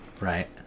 Right